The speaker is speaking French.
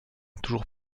toujours